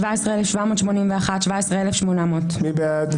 17,421 עד 17,440. מי בעד?